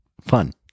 Fun